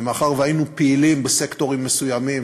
ומאחר שהיינו פעילים בסקטורים מסוימים,